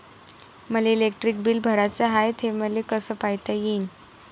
मले electric bill भराचं हाय, ते मले कस पायता येईन?